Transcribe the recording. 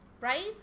Right